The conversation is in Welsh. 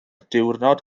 diwrnod